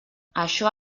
això